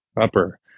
upper